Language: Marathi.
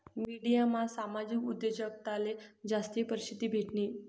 मिडियामा सामाजिक उद्योजकताले जास्ती परशिद्धी भेटनी